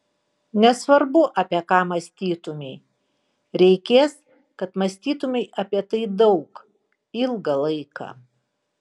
nesvarbu apie ką mąstytumei reikės kad mąstytumei apie tai daug ilgą laiką